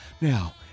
Now